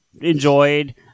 enjoyed